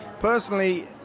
personally